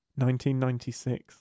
1996